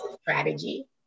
strategy